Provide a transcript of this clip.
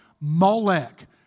Molech